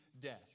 death